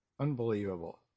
Unbelievable